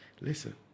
Listen